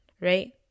right